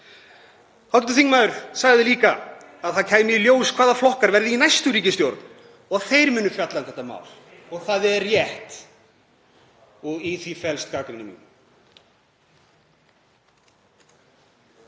Hv. þingmaður sagði einnig að það kæmi í ljós hvaða flokkar verði í næstu ríkisstjórn og þeir muni fjalla um þetta mál og það er rétt og í því felst gagnrýni mín.